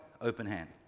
open-hand